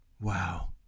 Wow